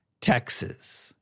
Texas